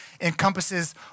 encompasses